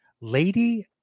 Lady